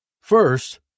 First